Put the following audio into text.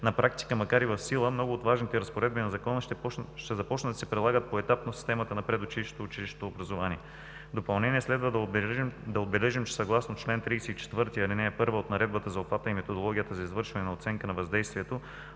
на практика, макар и в сила, много от важните разпоредби на Закона ще започнат да се прилагат поетапно в системата на предучилищното и училищното образование. В допълнение следва да отбележим, че съгласно чл. 34, ал. 1 от Наредбата за обхвата и методологията за извършване на оценка на въздействието,